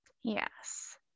Yes